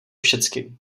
všecky